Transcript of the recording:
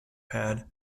pad